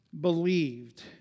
believed